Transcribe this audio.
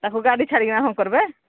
ତାକୁ ଗାଡ଼ି ଛାଡ଼ିମା ହଁ କରବେ